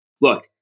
look